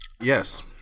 Yes